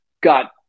got